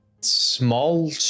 small